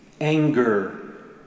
anger